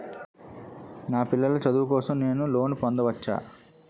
నా పిల్లల చదువు కోసం నేను లోన్ పొందవచ్చా?